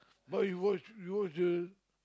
but you watch you watch the